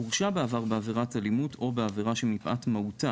הורשע בעבר בעבירת אלימות או בעבירה שמפאת מהותה,